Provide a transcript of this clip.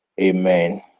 Amen